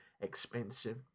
expensive